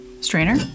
strainer